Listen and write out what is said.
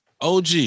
OG